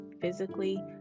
physically